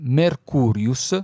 mercurius